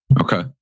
Okay